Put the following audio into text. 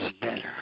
better